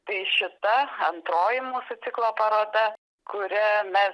tai šita antroji mūsų ciklo paroda kuria mes